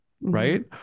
right